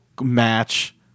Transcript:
match